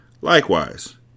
Likewise